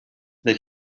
that